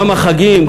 גם החגים,